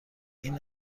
این